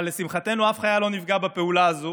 אבל לשמחתנו, אף חייל לא נפגע בפעולה הזו